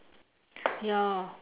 ya